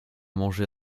mangé